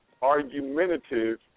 argumentative